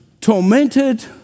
tormented